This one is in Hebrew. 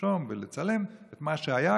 לרשום ולצלם את מה שהיה,